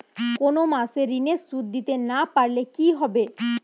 কোন মাস এ ঋণের সুধ দিতে না পারলে কি হবে?